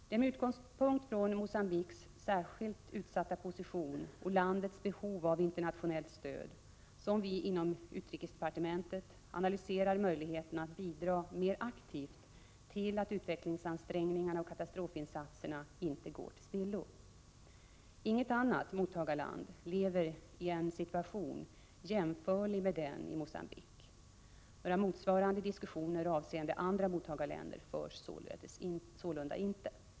Det är med utgångspunkt i Mogambiques särskilt utsatta position och landets behov av internationellt stöd som vi inom utrikesdepartementet analyserar möjligheterna att bidra mer aktivt till att utvecklingsansträngningarna och katastrofinsatserna inte går till spillo. Inget annat mottagarland befinner sig i en situation jämförlig med den i Mogambique. Några motsvarande diskussioner avseende andra mottagarländer förs sålunda inte.